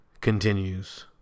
continues